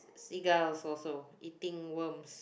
seagulls also eating worms